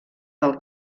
del